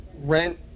rent